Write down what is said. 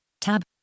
Tab